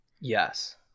Yes